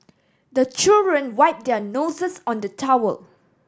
the children wipe their noses on the towel